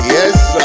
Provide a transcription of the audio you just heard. Yes